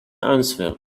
answered